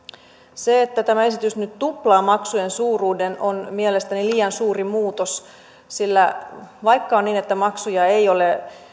se että tämä esitys nyt tuplaa maksujen suuruuden on mielestäni liian suuri muutos sillä vaikka on niin että maksuja ei ole